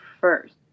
first